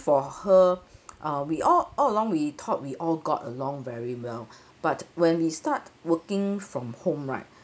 for her uh we all all along we thought we all got along very well but when we start working from home right